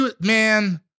man